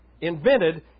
invented